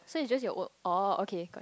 so it's just your work oh okay got